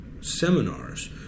seminars